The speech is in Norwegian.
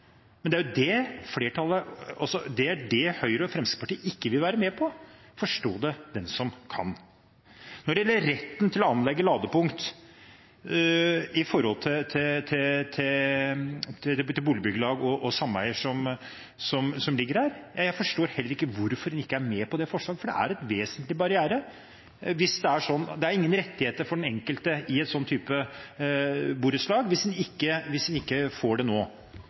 men det vil ikke Høyre og Fremskrittspartiet være med på. Forstå det den som kan. Når det gjelder retten til å anlegge ladepunkt for boligbyggelag og sameier som ligger der, forstår jeg heller ikke hvorfor en ikke er med på det forslaget, for det er en vesentlig barriere, og det er ingen rettigheter for den enkelte i en slik type borettslag hvis man ikke får det nå. Det er ikke å overkjøre noen å gi en slik type rettighet, så lenge det ikke er snakk om å påføre fellesskapet kostnadene. Her ligger det